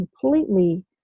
completely